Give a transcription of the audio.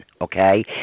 Okay